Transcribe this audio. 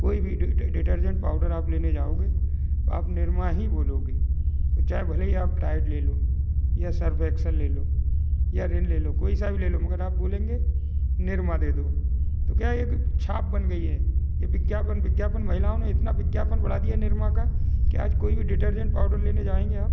कोई भी detergent powder आप लेने जाओगे तो आप निरमा ही बोलोगे चाहे भले ही आप टाइड ले लो या सर्फ एक्सेल ले लो या रिन ले लो कोई सा भी ले लो मगर आप बोलेंगे निरमा दे दो तो क्या ये एक छाप बन गई है ये विज्ञापन विज्ञापन महिलाओं ने इतना विज्ञापन बढ़ा दिया निरमा का कि आज कोई भी डिटर्जेन्ट पाउडर लेने जाएंगे आप